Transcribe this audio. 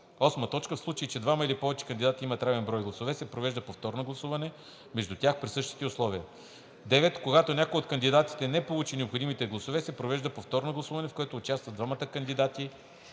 „за“. 8. В случай че двама или повече кандидати имат равен брой гласове, се провежда повторно гласуване между тях при същите условия. 9. Когато никой от кандидатите не получи необходимите гласове, се провежда повторно гласуване, в което участват двамата кандидати,